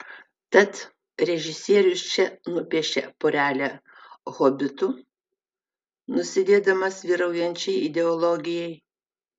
tad režisierius čia nupiešia porelę hobitų nusidėdamas vyraujančiai ideologijai